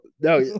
no